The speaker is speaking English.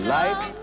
life